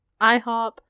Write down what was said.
IHOP